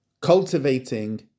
Cultivating